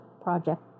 project